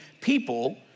people